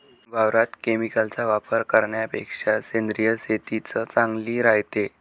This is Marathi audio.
वावरात केमिकलचा वापर करन्यापेक्षा सेंद्रिय शेतीच चांगली रायते